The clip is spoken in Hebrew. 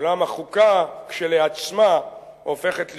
אולם החוקה כשלעצמה הופכת להיות,